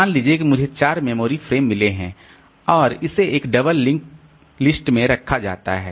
मान लीजिए कि मुझे 4 मेमोरी फ्रेम मिल गए हैं और इसे एक डबल लिंक लिस्ट में रखा गया है